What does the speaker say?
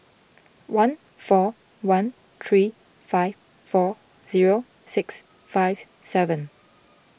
one four one three five four zero six five seven